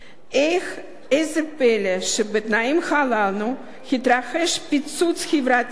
אין זה פלא שבתנאים הללו התרחש פיצוץ חברתי,